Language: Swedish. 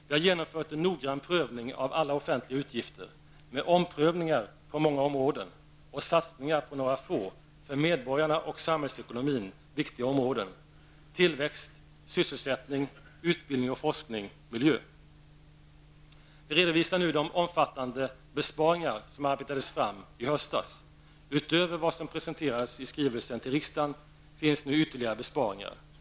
Vi har genomfört en noggrann prövning av alla offentliga utgifter, med omprövningar på många områden och satsningar på några få, för medborgarna och samhällsekonomin viktiga områden: tillväxt, sysselsättning, utbildning och forskning samt miljö. Vi redovisar nu de omfattande besparingar som arbetades fram i höstas. Utöver vad som presenterades i skrivelsen till riksdagen finns nu ytterligare besparingar.